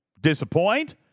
disappoint